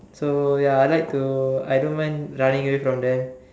so ya I like to I don't mind running away from them